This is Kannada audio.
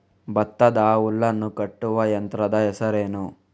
ಭತ್ತದ ಹುಲ್ಲನ್ನು ಕಟ್ಟುವ ಯಂತ್ರದ ಹೆಸರೇನು?